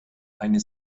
eine